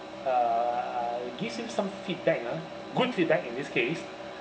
uh gives him some feedback uh good feedback in this case